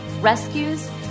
rescues